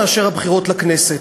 מהבחירות לכנסת.